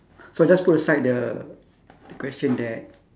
so I just put aside the the question that